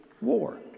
war